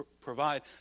provide